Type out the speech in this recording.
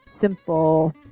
simple